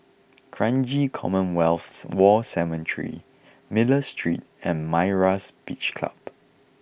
Kranji Commonwealth War Cemetery Miller Street and Myra's Beach Club